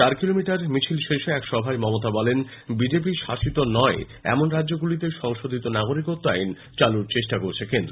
চার কিলোমিটার মিছিল শেষে এক সভায় মমতা বলেন বিজেপি শাসিত নয় এমন রাজ্যগুলিতে সংশোধিত নাগরিকত্ব আইন চালুর চেষ্টা করছে কেন্দ্র